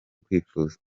kwifuza